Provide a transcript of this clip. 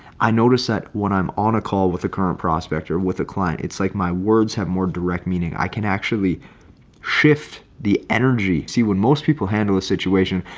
i noticed that when i'm on a call with a current prospect or with a client, it's like my words have more direct meaning i can actually shift the energy see when most people handle a situation.